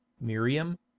Miriam